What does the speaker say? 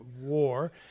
war—